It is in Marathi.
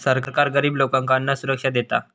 सरकार गरिब लोकांका अन्नसुरक्षा देता